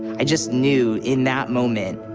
i just knew, in that moment,